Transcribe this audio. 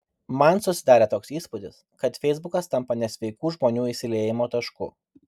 man susidarė toks įspūdis kad feisbukas tampa nesveikų žmonių išsiliejimo tašku